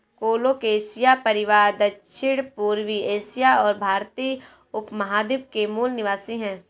colocasia परिवार दक्षिणपूर्वी Asia और भारतीय उपमहाद्वीप के मूल निवासी है